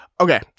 Okay